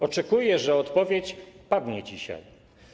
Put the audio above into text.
Oczekuję, że odpowiedź padnie dzisiaj.